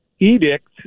edict